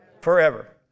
Forever